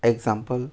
example